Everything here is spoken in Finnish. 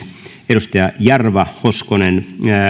edustajat jarva hoskonen